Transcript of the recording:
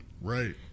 Right